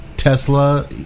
Tesla